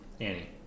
Annie